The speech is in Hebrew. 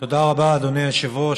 תודה רבה, אדוני היושב-ראש.